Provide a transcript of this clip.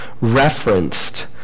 referenced